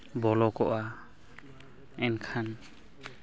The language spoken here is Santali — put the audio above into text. ᱵᱚᱞᱚ ᱠᱚᱜᱼᱟ ᱮᱱᱠᱷᱟᱱ